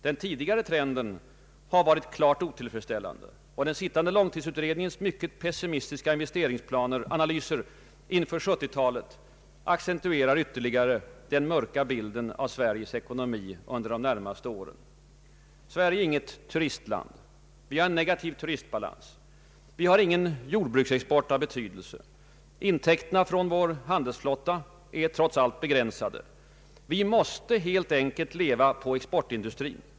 Den tidigare trenden har, som redan sagts, varit klart otillfredsställande, och den sittande långtidsutredningens mycket pessimistiska — investeringsanalyser = inför 1970-talet accentuerar ytterligare den mörka bilden av Sveriges ekonomi under de närmaste åren. Sverige är inte något turistland. Vi har en negativ turistbalans. Vi har ingen jordbruksexport av betydelse. Intäkterna från vår handelsflotta är trots allt begränsade. Vi måste helt enkelt leva på exportindustrin.